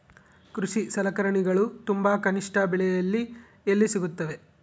ಕೃಷಿ ಸಲಕರಣಿಗಳು ತುಂಬಾ ಕನಿಷ್ಠ ಬೆಲೆಯಲ್ಲಿ ಎಲ್ಲಿ ಸಿಗುತ್ತವೆ?